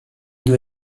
due